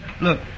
Look